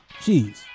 Jeez